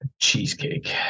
cheesecake